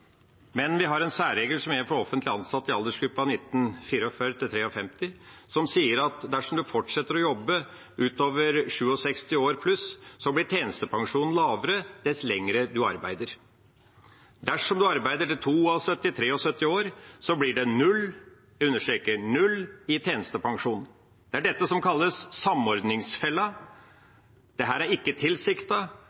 Men vi har en særregel som gjelder for offentlig ansatte som er født i årene 1944–1953, som sier at dersom en fortsetter å jobbe utover 67 år, blir tjenestepensjonen lavere dess lenger en arbeider. Dersom en arbeider til en er 72–73 år, blir det null i tjenestepensjon. Det er dette som kalles